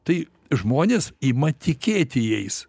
tai žmonės ima tikėti jais